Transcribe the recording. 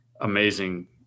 amazing